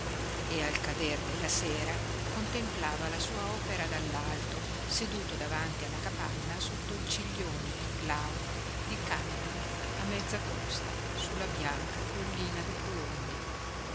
e al cader della sera contemplava la sua opera dall'alto seduto davanti alla capanna sotto il ciglione glauco di canne a mezza costa sulla bianca collina dei colombi